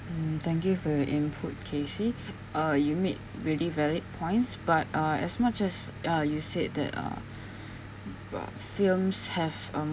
mm thank you for your input kacey uh you made really valid points but uh as much as uh you said that uh about films have a